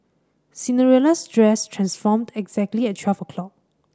Cinderella's dress transformed exactly at twelve o' clock